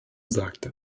sagte